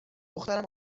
دخترم